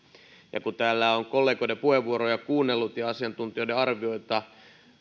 toteutuvat kun täällä on kollegoiden puheenvuoroja kuunnellut ja asiantuntijoiden arvioita